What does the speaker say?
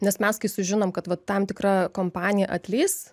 nes mes kai sužinom kad vat tam tikra kompanija atleis